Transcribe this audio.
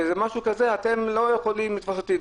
לאיזה משהו כזה שאתם לא יכולים לתפוס אותי.